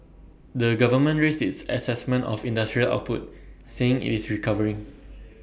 the government raised its Assessment of industrial output saying IT is recovering